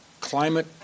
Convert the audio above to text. climate